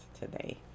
today